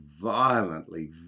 violently